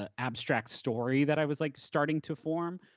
ah abstract story that i was like starting to form.